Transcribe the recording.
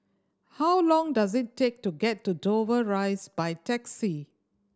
how long does it take to get to Dover Rise by taxi